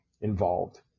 involved